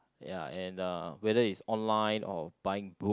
ya and uh whether it's online or buying book